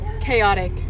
Chaotic